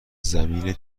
زمین